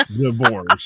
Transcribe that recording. divorce